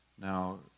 now